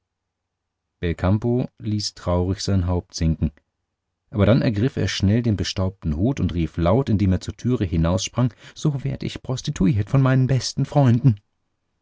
belcampo ließ traurig sein haupt sinken aber dann ergriff er schnell den bestaubten hut und rief laut indem er zur türe hinaussprang so werd ich prostituiert von meinen besten freunden